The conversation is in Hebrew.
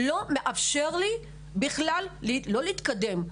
שלא מאפשר לי בכלל לא להתקדם.